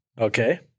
Okay